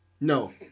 No